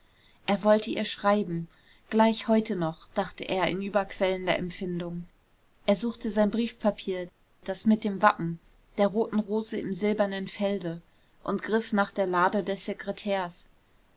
er wollte ihr schreiben gleich heute noch dachte er in überquellender empfindung er suchte sein briefpapier das mit dem wappen der roten rose im silbernen felde und griff nach der lade des sekretärs